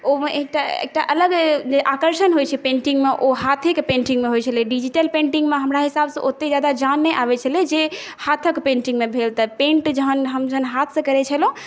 ओमे एकटा एकटा अलग जे आकर्षण होइ छै पेन्टिङ्गमे ओ हाथेके पेन्टिङ्गमे होइ छलै डिजिटल पेन्टिङ्गमे हमरा हिसाबसँ ओतेक ज्यादा जान नहि आबै छलै जे हाथके पेन्टिङ्गमे भेल तऽ पेन्ट जहन हम जहन हाथसँ करै छलहुँ